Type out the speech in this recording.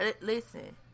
Listen